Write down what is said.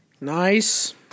Nice